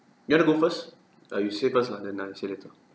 you want to go first uh you say first lah then I'll say later